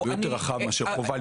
זה יותר רחב מאשר חובה.